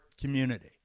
community